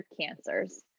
Cancers